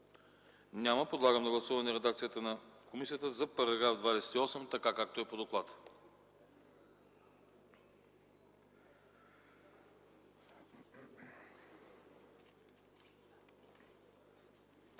Няма. Подлагам на гласуване редакцията на комисията за § 28, така както е по доклада.